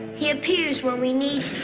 he appears when we need